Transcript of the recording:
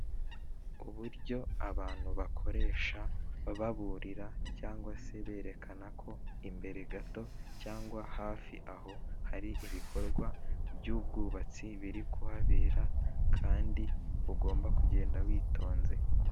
Uburyo abantu bakoresha baburira cyangwa se berekana ko imbere gato cyangwa hafi aho hari ibikorwa by'ubwubatsi biri kuhabera kandi ugomba kugenda witonze.